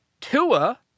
Tua